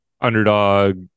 underdog